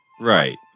Right